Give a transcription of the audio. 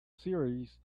series